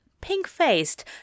pink-faced